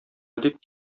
дип